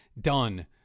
done